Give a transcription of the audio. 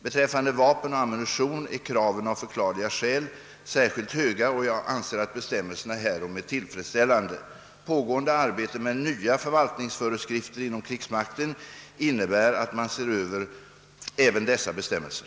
Beträffande vapen och ammunition är kraven av förklarliga skäl särskilt höga, och jag anser att bestämmelserna härom är tillfredsställande. Pågående arbete med nya förvaltningsföreskrifter inom krigsmakten innebär att man ser över även dessa bestämmelser.